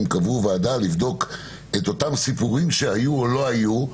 אם קבעו ועדה לבדוק את אותם סיפורים שהיו או לא היו,